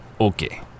Okay